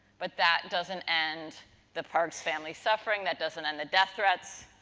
but, that doesn't end the parks family suffering, that doesn't end the death threats.